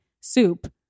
soup